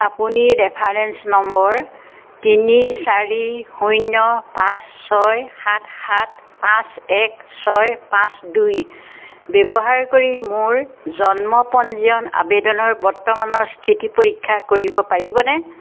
আপুনি reference number তিনি চাৰি শূন্য পাঁচ ছয় সাত সাত পাঁচ এক ছয় পাঁচ দুই ব্যৱহাৰ কৰি মোৰ জন্ম পঞ্জীয়ন আবেদনৰ বৰ্তমানৰ স্থিতি পৰীক্ষা কৰিব পাৰিবনে